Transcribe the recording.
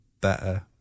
better